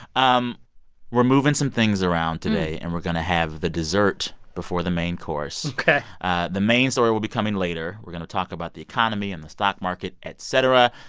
um we're moving some things around today, and we're going to have the dessert before the main course ok ah the main story will be coming later. we're going to talk about the economy and the stock market, et cetera.